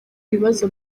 ibibazo